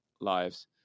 lives